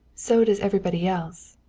so does everybody else.